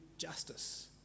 justice